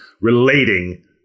relating